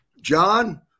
John